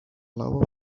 law